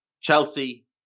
Chelsea